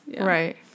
Right